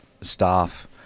staff